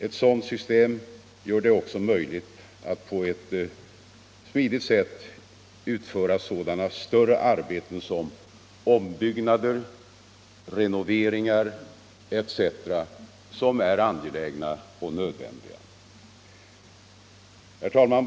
Ett sådant system gör det också möjligt att på ett smidigt sätt utföra sådana större arbeten såsom ombyggnader och renoveringar, som är angelägna och nödvändiga. Herr talman!